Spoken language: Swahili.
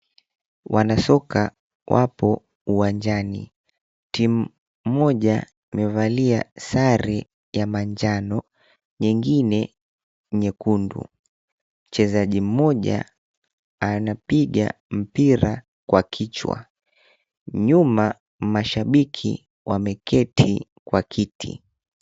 Wanasoka wapo uwanjani, timu moja imevalia sare ya manjano, nyingine nyekundu. Mchezaji mmoja anapiga mpira kwa kichwa. Nyuma, mashabiki wameketi kwa kiti.